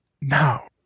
no